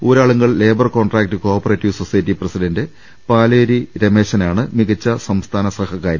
Uralungal labour contract co operative society president Paleri രമേശനാണ് മികച്ച സംസ്ഥാന സഹകാരി